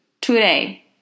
today